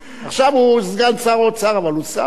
אבל אלה דברים שאנחנו מנסים לדחוף בכל התחומים,